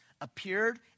appeared